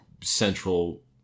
central